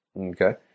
okay